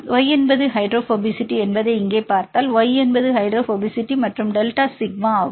Y என்பது hydrophobicity என்பதை இங்கே பார்த்தால் இது Y என்பது ஹைட்ரோபோபசிட்டி மற்றும் டெல்டா சிக்மா ஆகும்